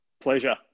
Pleasure